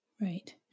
Right